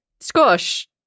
Squash